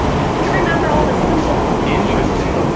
can't remember all the symbols. interesting.